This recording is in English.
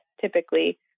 typically